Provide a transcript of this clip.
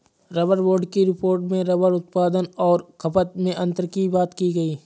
rubber board की report में rubber उत्पादन और खपत में अन्तर की बात कही गई